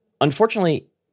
unfortunately